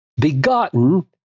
begotten